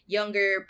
Younger